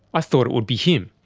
ah thought it would be him.